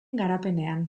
garapenean